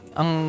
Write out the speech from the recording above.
ang